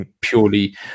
purely